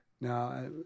Now